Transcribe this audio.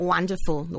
Wonderful